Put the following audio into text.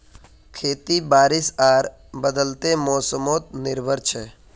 खेती बारिश आर बदलते मोसमोत निर्भर छे